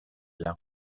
biens